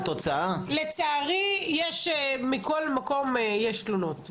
לצערי מכל מקום יש תלונות.